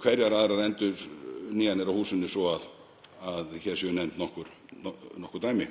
hverjar aðrar endurnýjanir á húsinu svo að hér séu nefnd nokkur dæmi.